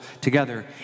together